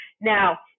Now